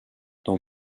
dans